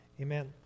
Amen